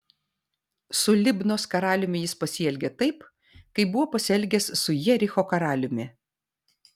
su libnos karaliumi jis pasielgė taip kaip buvo pasielgęs su jericho karaliumi